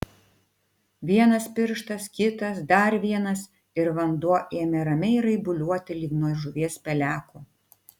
vienas pirštas kitas dar vienas ir vanduo ėmė ramiai raibuliuoti lyg nuo žuvies peleko